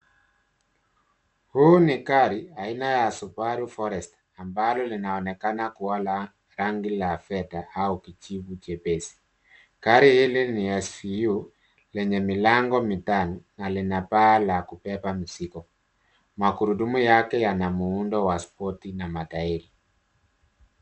Huu ni gari aina ya Subaru Forester ambalo linaonekana kuwa la rangi la fedha au kijivu chepesi. Gari hili ni la SUV lenye milango mitano na lina paa la kubeba mizigo. Magurudumu yake yana muundo wa spoti na matairi.